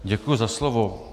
Děkuji za slovo.